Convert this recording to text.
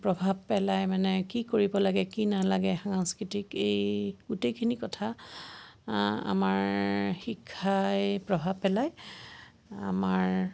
প্ৰভাৱ পেলাই মানে কি কৰিব লাগে কি নালাগে সাংস্কৃতিক এই গোটেইখিনি কথা আমাৰ শিক্ষাই প্ৰভাৱ পেলায় আমাৰ